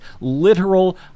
literal